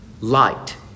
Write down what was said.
Light